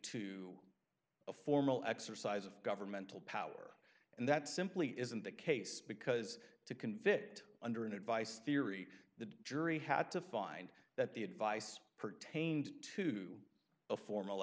to a formal exercise of governmental power and that simply isn't the case because to convict under an advice theory the jury had to find that the advice pertained to a formal